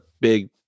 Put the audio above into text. big